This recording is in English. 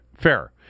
Fair